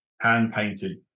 hand-painted